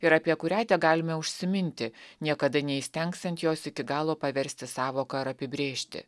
ir apie kurią tegalime užsiminti niekada neįstengsiant jos iki galo paversti sąvoka ar apibrėžti